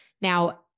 Now